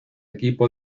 equipo